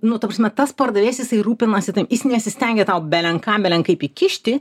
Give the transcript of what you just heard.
nu ta prasme tas pardavėjas jisai rūpinasi tavim jis nesistengia tau belen ką belen kaip įkišti